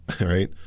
right